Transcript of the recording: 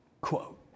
Quote